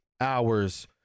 hours